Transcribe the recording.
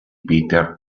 peter